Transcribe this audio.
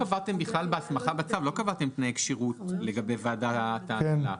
בהסמכה בצו לא קבעתם תנאי כשירות לגבי ועדת ההנהלה.